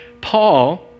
Paul